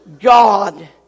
God